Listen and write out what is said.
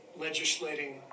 legislating